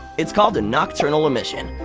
it's called a nocturnal emission.